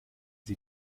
sie